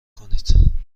کنید